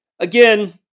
Again